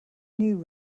new